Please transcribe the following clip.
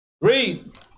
Read